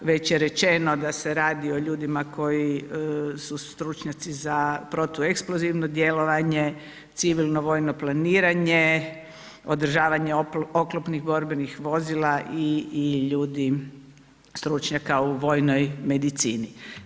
Već je rečeno da se radi o ljudima su stručnjaci za protueksplozivno djelovanje, civilno vojno planiranje, održavanje oklopnih borbenih vozila i ljudi, stručnjaka u vojnoj medicini.